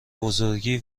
بزرگی